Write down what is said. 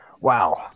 Wow